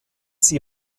sie